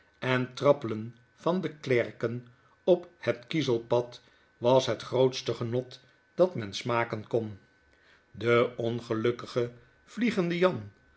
en trappelen van de klerken op het kiezelpad was het grootste genot dat men smaken kon den ongelukkigen vliegenden jan